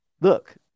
look